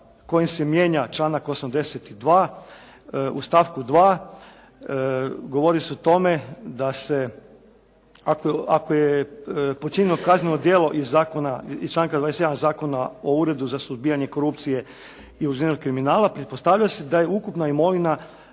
kojim se mijenja članak 82. u stavku 2. govori se o tome da se, ako je počinjeno kazneno djelo iz članka 27. Zakona o uredu za suzbijanju korupcije i organiziranog kriminala, pretpostavlja se da je ukupna imovina